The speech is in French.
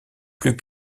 plus